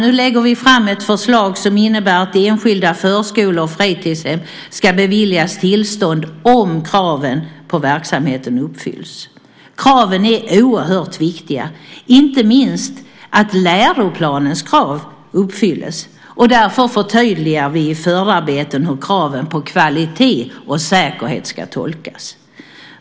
Nu lägger vi fram ett förslag som innebär att enskilda förskolor och fritidshem ska beviljas tillstånd om kraven på verksamheten uppfylls. Kraven är oerhört viktiga, inte minst att läroplanens krav uppfylls. Därför förtydligar vi i förarbetena hur kraven på kvalitet och säkerhet ska tolkas.